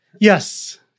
Yes